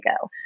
go